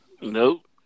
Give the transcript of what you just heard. Nope